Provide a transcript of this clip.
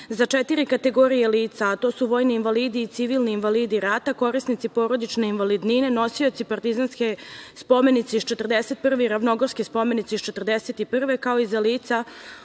za četiri kategorije lica, a to su vojni invalidi i civilni invalidi rata, korisnici porodične invalidnine, nosioci „Partizanske spomenice iz 1941“ i „Ravnogorske spomenice iz 1941“, kao i za lica